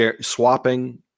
swapping